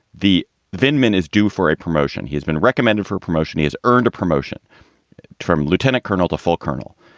the vitamin is due for a promotion. he's been recommended for promotion. he has earned a promotion term lieutenant colonel to full colonel.